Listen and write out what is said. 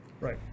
right